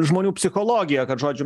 žmonių psichologija kad žodžiu